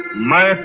my